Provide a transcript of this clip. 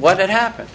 what had happened